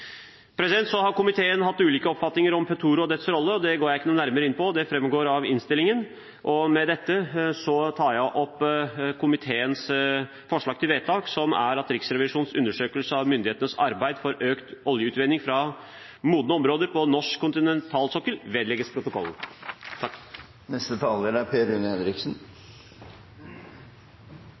har hatt ulike oppfatninger om Petoro og dets rolle. Det går jeg ikke noe nærmere inn på, for det framgår av innstillingen. Med dette anbefaler jeg komiteens tilråding, som er at Riksrevisjonens undersøkelse av myndighetenes arbeid for økt oljeutvinning fra modne områder på norsk kontinentalsokkel vedlegges protokollen.